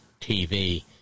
TV